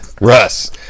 Russ